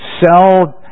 sell